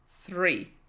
three